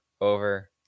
over